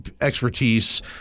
expertise